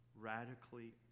Radically